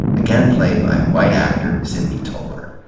again played by a white actor, sidney toler.